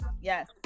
Yes